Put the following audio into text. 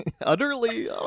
Utterly